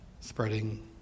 spreading